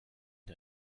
une